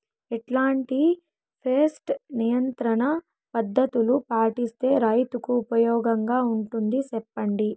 ఎట్లాంటి పెస్ట్ నియంత్రణ పద్ధతులు పాటిస్తే, రైతుకు ఉపయోగంగా ఉంటుంది సెప్పండి?